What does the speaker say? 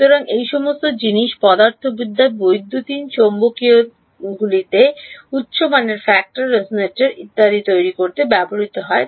সুতরাং এই সমস্ত জিনিস পদার্থবিদ্যায় বৈদ্যুতিন চৌম্বকীয়গুলিতে উচ্চ মানের ফ্যাক্টর রেজোনেটর ইত্যাদি তৈরি করতে ব্যবহৃত হয়